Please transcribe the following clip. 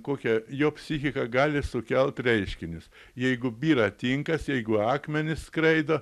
kokia jo psichika gali sukelt reiškinius jeigu byra tinkas jeigu akmenys skraido